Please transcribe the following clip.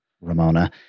Ramona